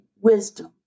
wisdom